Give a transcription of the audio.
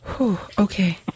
Okay